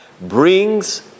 brings